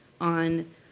on